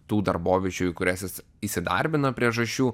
tų darboviečių į kurias jis įsidarbina priežasčių